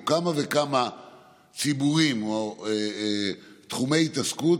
או כמה וכמה ציבורים או תחומי התעסקות,